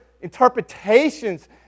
interpretations